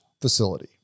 facility